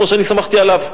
כמו שאני סמכתי עליו.